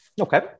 Okay